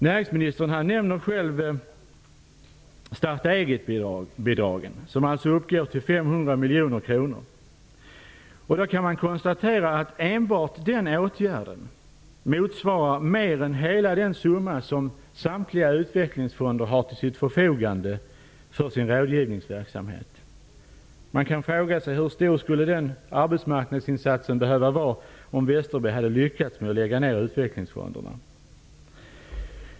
Näringsministern själv nämner starta-egetbidragen, som alltså uppgår till 500 miljoner kronor. Enbart denna åtgärd motsvarar mer än hela den summa som samtliga utvecklingsfonder har till sitt förfogande för sin rådgivningsverksamhet. Man kan fråga sig hur stor den arbetsmarknadsinsats skulle ha behövt vara om Westerberg skulle ha lyckats med att lägga ned utvecklingsfonderna.